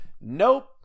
nope